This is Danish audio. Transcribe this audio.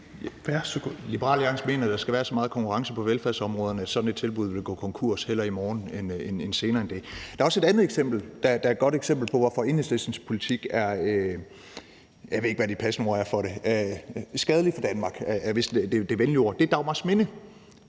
Liberal Alliance mener, at der skal være så meget konkurrence på velfærdsområderne, at sådan et tilbud ville gå konkurs, hellere i morgen end senere end det. Der er også et andet godt eksempel på, at Enhedslistens politik er skadelig for Danmark – jeg ved ikke, hvad det passende